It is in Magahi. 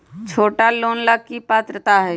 छोटा लोन ला की पात्रता है?